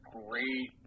great